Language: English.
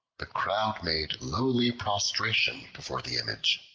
the crowd made lowly prostration before the image.